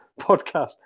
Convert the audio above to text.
podcast